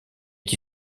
qui